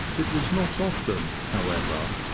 it was not often, however,